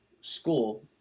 school